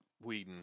Whedon